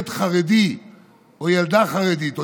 אמילי, תן לי שש דקות, אדוני.